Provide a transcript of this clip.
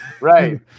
Right